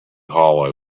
hollow